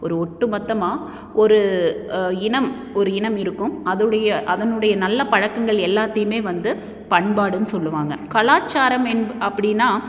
ஒரு ஒட்டுமொத்தமாக ஒரு இனம் ஒரு இனம் இருக்கும் அதோடைய அதனுடைய நல்ல பழக்கங்கள் எல்லாத்தையுமே வந்து பண்பாடுன்னு சொல்லுவாங்க கலாச்சாரம் என் அப்படின்னா